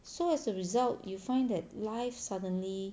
so as a result you find that life suddenly